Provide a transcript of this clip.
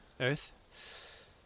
Earth